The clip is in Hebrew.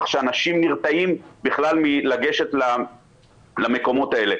שאנשים נרתעים בכלל מלגשת למקומות האלה.